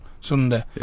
Sunday